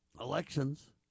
elections